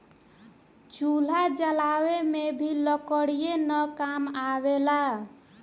चूल्हा जलावे में भी लकड़ीये न काम आवेला